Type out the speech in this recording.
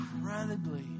incredibly